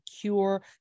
cure